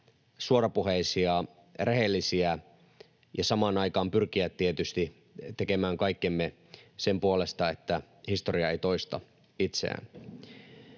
suorapuheisia, rehellisiä, ja samaan aikaan pyrkiä tietysti tekemään kaikkemme sen puolesta, että historia ei toista itseään.